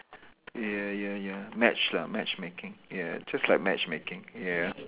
ya ya ya match lah matchmaking ya just like matchmaking ya